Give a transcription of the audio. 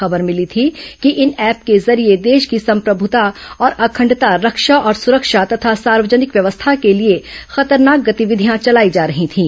खबर मिली थी कि इन ऐप के जरिए देश की सम्प्रभूता और अखंडता रक्षा और सुरक्षा तथा सार्वजनिक व्यवस्था के लिए खतरनाक गतिविधियां चलाई जा रही थीं